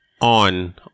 On